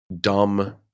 dumb